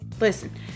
Listen